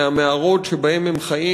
מהמערות שבהן הם חיים,